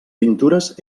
pintures